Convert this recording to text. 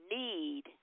need